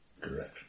Correct